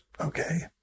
Okay